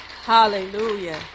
Hallelujah